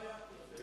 מה היה קודם?